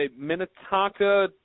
Minnetonka